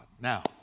Now